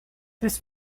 this